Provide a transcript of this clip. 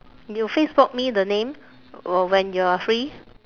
you facebook me the name when you are free